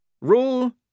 Rule